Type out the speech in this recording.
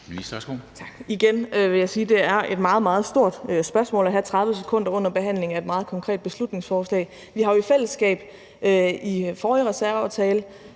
Igen vil jeg sige, at det er et meget, meget stort spørgsmål at skulle besvare i løbet af 30 sekunder under behandlingen af et meget konkret beslutningsforslag. Vi har jo i fællesskab i forrige reserveaftale